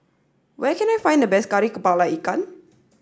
where can I find the best Kari Kepala Ikan